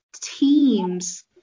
teams